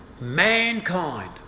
mankind